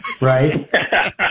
right